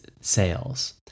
sales